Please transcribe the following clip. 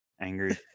angry